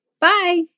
Bye